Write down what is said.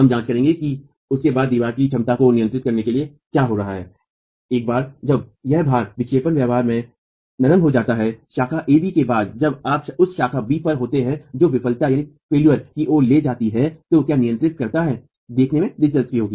हम जांच करेंगे कि उसके बाद दीवार की क्षमता को नियंत्रित करने के लिए क्या हो रहा है एक बार जब यह भार विक्षेपन व्यवहार में नरम हो जाता है शाखा ab के बाद और जब आप उस शाखा b पर होते हैं जो विफलता की ओर ले जाती है तो क्या नियंत्रित करता है देखने में दिलचस्पी है